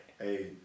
Hey